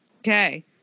Okay